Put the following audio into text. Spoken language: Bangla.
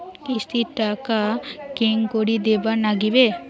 কিস্তির টাকা কেঙ্গকরি দিবার নাগীবে?